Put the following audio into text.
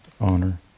honor